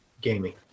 gaming